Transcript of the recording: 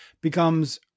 becomes